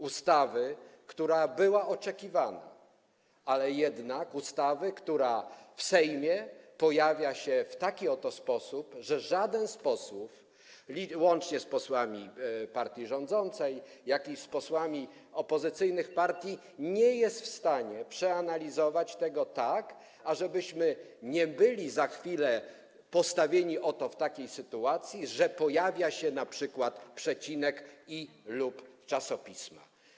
Ustawy, która była oczekiwana, ale jednak ustawy, która w Sejmie pojawia się w taki oto sposób, że żaden z posłów, łącznie z posłami partii rządzącej i posłami opozycyjnych partii, nie jest w stanie przeanalizować tego tak, żebyśmy nie byli za chwilę postawieni w takiej oto sytuacji, że pojawia się np. przecinek i „lub czasopisma”